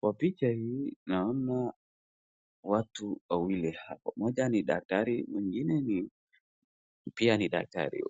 Kwa picha hii naona watu wawili hapo, moja ni dakatari na mwingine pia ni daktari,